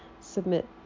submit